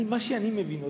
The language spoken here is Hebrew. מה שאני מבין,